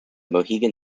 mohegan